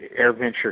AirVenture